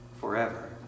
forever